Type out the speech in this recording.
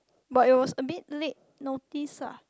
but it was a bit late notice ah